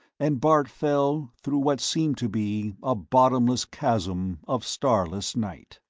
and bart fell through what seemed to be a bottomless chasm of starless night.